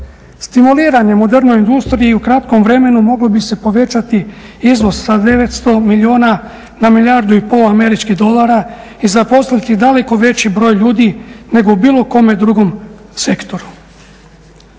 Stimuliranjem u drvnoj industriji i u kratkom vremenu moglo bi se povećati izvoz sa 900 milijuna na milijardu i pol američkih dolara i zaposliti daleko veći broj ljudi nego u bilo kojem drugom sektoru.